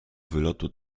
wylotu